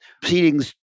proceedings